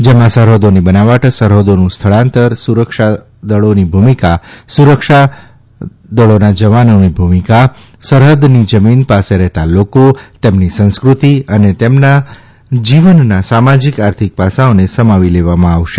જેમાં સરહદાત્રી બનાવટસરહદાનું સ્થળાંતર સુરક્ષાદળા્મી ભૂમિકા સુરક્ષાદળાની ભૂમિકા સરહદનીજમીન પાસે રહેતા લાઠા તેમની સંસ્કૃતિ અને તેમના જીવનનાસામાજિક આર્થિક પાસાઓને સમાવી લેવામાં આવશે